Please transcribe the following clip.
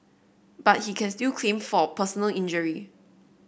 but he can still claim for personal injury